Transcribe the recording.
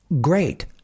great